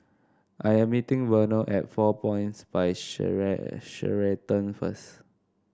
I am meeting Vernal at Four Points by Sheraton first